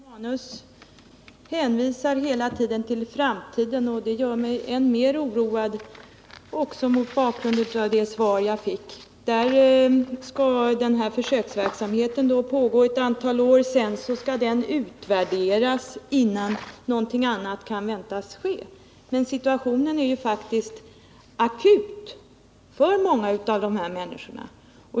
Herr talman! Gabriel Romanus hänvisar ideligen till framtiden, och det gör mig, mot bakgrund av det svar som jag fick, än mer oroad. Först skall denna försöksverksamhet pågå ett antal år, och sedan skall den utvärderas innan någonting annat kan väntas ske. Men situationen är faktiskt akut för många av dessa människor.